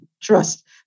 Trust